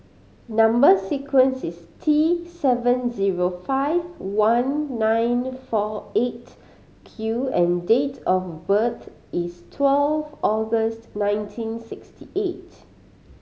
number sequence is T seven zero five one nine four Eight Q and date of birth is twelve August nineteen sixty eight